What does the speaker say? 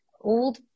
old